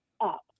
up